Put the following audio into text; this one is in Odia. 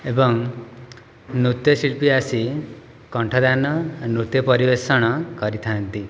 ଏବଂ ନୃତ୍ୟଶିଳ୍ପୀ ଆସି କଣ୍ଠଦାନ ନୃତ୍ୟ ପରିବେଷଣ କରିଥାନ୍ତି